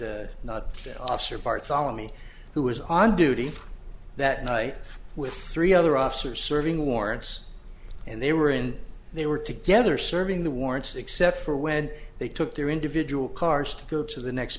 not not officer barthelemy who was on duty that night with three other officers serving warrants and they were in they were together serving the warrants except for when they took their individual car still to the next